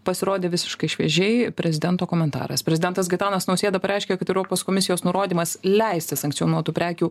pasirodė visiškai šviežiai prezidento komentaras prezidentas gitanas nausėda pareiškė kad europos komisijos nurodymas leisti sankcionuotų prekių